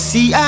See